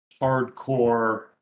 hardcore